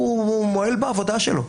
הוא מועל בעבודה שלו.